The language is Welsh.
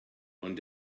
ond